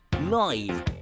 live